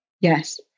Yes